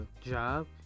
job